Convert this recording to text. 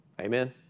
Amen